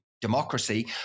democracy